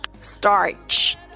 starch